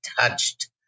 touched